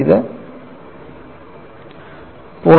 ഇത് 0